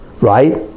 right